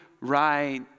right